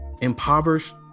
impoverished